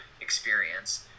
experience